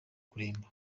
kuremba